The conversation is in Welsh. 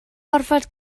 gorfod